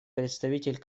представитель